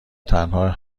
تنها